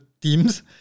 teams